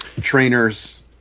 trainers